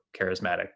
charismatic